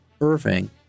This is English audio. Irving